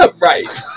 Right